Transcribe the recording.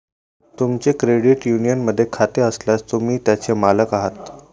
तुमचे क्रेडिट युनियनमध्ये खाते असल्यास, तुम्ही त्याचे मालक आहात